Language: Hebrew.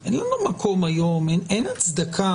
אני אומר שאם אין הצדקה,